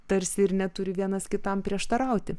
tarsi ir neturi vienas kitam prieštarauti